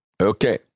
Okay